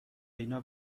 اینها